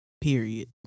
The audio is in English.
period